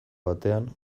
batean